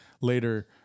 later